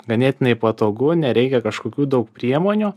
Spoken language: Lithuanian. ganėtinai patogu nereikia kažkokių daug priemonių